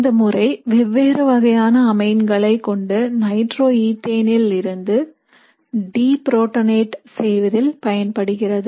இந்த முறை வெவ்வேறு வகையான அமைன்களை கொண்டு நைட்ரோஈத்தேனில் இருந்து டீபுரோட்டனேட் செய்வதில் பயன்படுகிறது